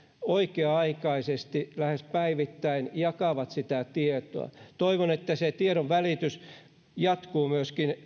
oikea aikaisesti lähes päivittäin jakavat sitä tietoa toivon että se tiedonvälitys jatkuu myöskin